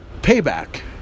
Payback